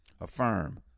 Affirm